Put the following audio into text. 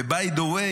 By the way,